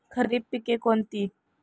खरीप पिके कोणती?